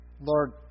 Lord